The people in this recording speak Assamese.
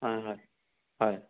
হয় হয় হয়